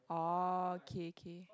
orh okay okay